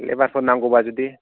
लेबारफोर नांगौबा जुदि